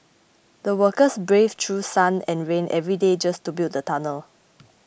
the workers braved through sun and rain every day just to build the tunnel